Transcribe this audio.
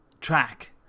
track